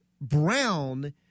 Brown